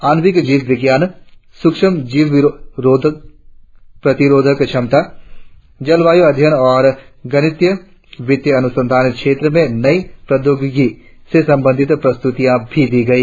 आनविक जीव विज्ञान स्रक्ष्मजीवरोधी प्रतिरोधक क्षमता जलवायू अध्ययन और गणितीय वित्त अनुसंधान क्षेत्र में नई प्रौद्योगिकी से संबंधित प्रस्तुतियां भी दी गई